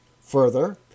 Further